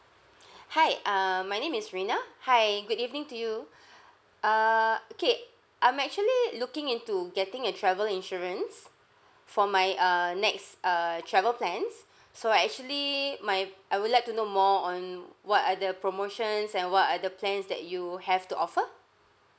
hi err my name is rina hi good evening to you err okay I'm actually looking into getting a travel insurance for my err next err travel plans so actually my I would like to know more on what are the promotions and what are the plans that you have to offer